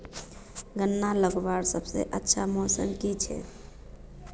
गन्ना लगवार सबसे अच्छा मौसम की छे?